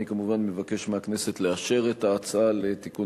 אני כמובן מבקש מהכנסת לאשר את ההצעה לתיקון